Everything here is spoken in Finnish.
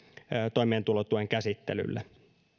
toimeentulotuen käsittelylle